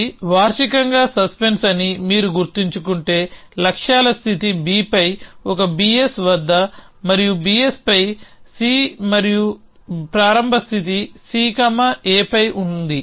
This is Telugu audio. ఇది వార్షికంగా సస్పెన్స్ అని మీరు గుర్తుంచుకుంటే లక్ష్యాల స్థితి B పై ఒక Bs వద్ద మరియు Bs పై C మరియు ప్రారంభ స్థితి C A పై ఉంది